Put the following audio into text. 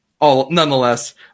Nonetheless